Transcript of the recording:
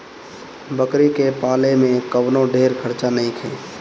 बकरी के पाले में कवनो ढेर खर्चा नईखे